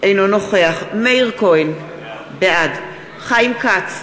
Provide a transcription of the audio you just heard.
אינו נוכח מאיר כהן, בעד חיים כץ,